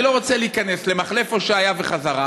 אני לא רוצה להיכנס למחלף הושעיה וחזרה.